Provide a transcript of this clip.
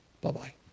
Bye-bye